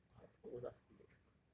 !wah! I was almost ask physics